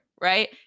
right